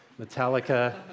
Metallica